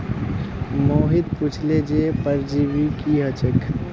मोहित पुछले जे परजीवी की ह छेक